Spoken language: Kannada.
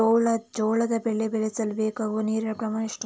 ಜೋಳದ ಬೆಳೆ ಬೆಳೆಸಲು ಬೇಕಾಗುವ ನೀರಿನ ಪ್ರಮಾಣ ಎಷ್ಟು?